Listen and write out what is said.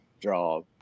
draw